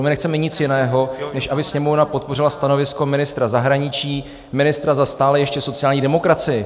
My nechceme nic jiného, než aby Sněmovna podpořila stanovisko ministra zahraničí, ministra za stále ještě sociální demokracii.